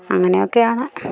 അങ്ങനെ ഒക്കെയാണ്